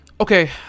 Okay